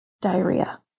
diarrhea